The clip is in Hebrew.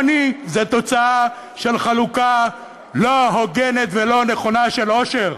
עוני זה תוצאה של חלוקה לא הוגנת ולא נכונה של עושר,